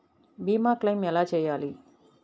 భీమ క్లెయిం ఎలా చేయాలి?